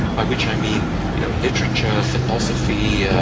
by which i mean you know literature, philosophy, yeah